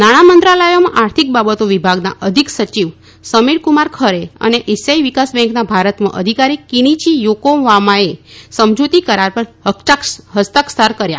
નાણાંમંત્રાલયોમાં આર્થિક બાબતો વિભાગના અધિક સચિવ સમીરકુમાર ખરે અને ઐશિયાઇ વિકાસ બેંકના ભારતમાં અધિકારી કિનિયી યોકોવામાએ સમજૂતી કરાર પર હસ્તાક્ષર કર્યા